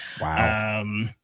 Wow